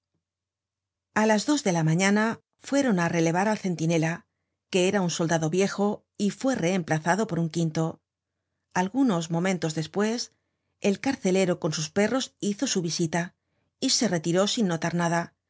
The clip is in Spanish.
a las dos de la mañana fueron á relevar al centinela que ara un soldado viejo y fue reemplazado por un quinto algunos momentos despues el carcelero con sus perros hizo su visita y se retiró sin no tarnada